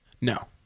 No